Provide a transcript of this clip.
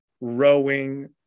rowing